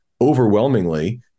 overwhelmingly